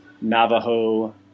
Navajo